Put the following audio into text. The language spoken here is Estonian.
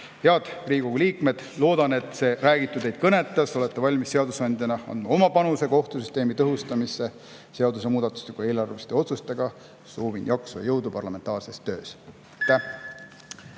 Head Riigikogu liikmed, loodan, et see räägitu teid kõnetas ja te olete valmis seadusandjana andma oma panuse kohtusüsteemi tõhustamisse, nii seadusemuudatuste kui ka eelarveliste otsustega. Soovin jaksu ja jõudu parlamentaarses töös!